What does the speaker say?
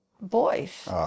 boys